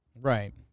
Right